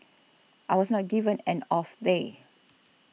I was not given an off day